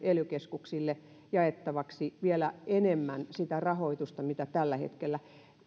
ely keskuksille jaettavaksi vielä enemmän rahoitusta kuin tällä hetkellä esitetään